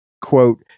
quote